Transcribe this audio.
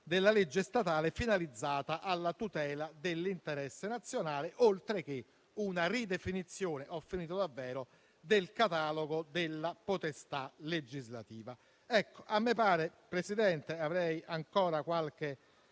della legge statale, finalizzata alla tutela dell'interesse nazionale, oltre a una ridefinizione del catalogo della potestà legislativa. Signor Presidente, avrei ancora qualche